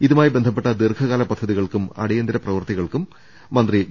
ഇതുമായി ബന്ധപ്പെട്ട ദീർഘകാല പദ്ധതികൾക്കും അടിയന്തിര പ്രവൃത്തികൾക്കും മന്ത്രി വി